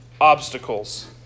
obstacles